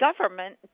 government